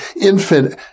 infant